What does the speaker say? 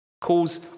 calls